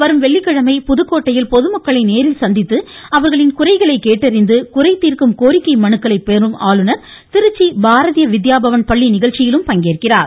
வரும் வெள்ளிக்கிழமை புதுக்கோட்டையில் பொதுமக்களை நேரில் சந்தித்து அவர்களின் குறைகளை கேட்டறிந்து குறைதீர்க்கும் கோரிக்கை மனுக்களையும் பெறும் ஆளுநர் திருச்சி பாரதீய வித்யா பவன் பள்ளி நிகழ்ச்சியில் பங்கேற்கிறார்